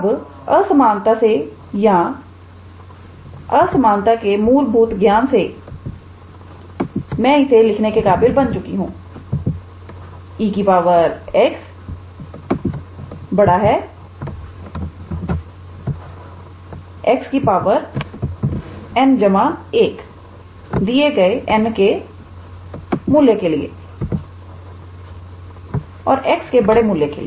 अब और असमानता से या असमानता के मूलभूत ज्ञान से मैं इसे लिखने के काबिल बन चुकी 𝑒 𝑥 𝑥 𝑛1 दिए गए n के मूल्य के लिए और x के बड़े मूल्य के लिए